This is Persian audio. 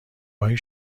های